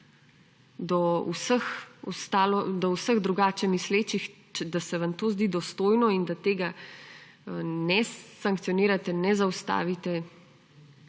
do vseh drugače mislečih, da se vam to zdi dostojno in da tega ne sankcionirate, ne zaustavite,